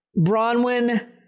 Bronwyn